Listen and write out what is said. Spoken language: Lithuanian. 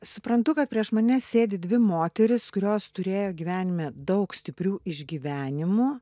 suprantu kad prieš mane sėdi dvi moterys kurios turėjo gyvenime daug stiprių išgyvenimų